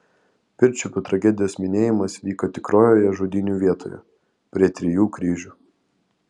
pirčiupių tragedijos minėjimas vyko tikrojoje žudynių vietoje prie trijų kryžių